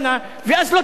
ואז לא צריך חוק.